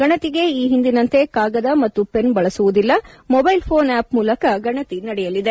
ಗಣತಿಗೆ ಈ ಹಿಂದಿನಂತೆ ಕಾಗದ ಮತ್ತು ಪೆನ್ನು ಬಳಸುವುದಿಲ್ಲ ಮೊಬೈಲ್ ಘೋನ್ ಆ್ವಪ್ ಮೂಲಕ ಗಣತಿ ನಡೆಯಲಿದೆ